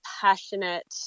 passionate